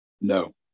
No